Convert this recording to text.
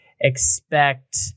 Expect